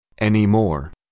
Anymore